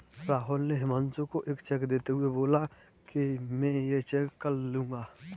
राहुल ने हुमांशु को एक चेक देते हुए बोला कि मैं ये चेक कल लूँगा